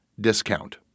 discount